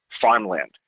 farmland